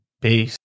peace